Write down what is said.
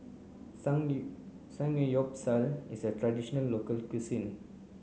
Samgeyopsal is a traditional local cuisine